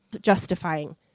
Justifying